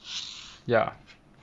ya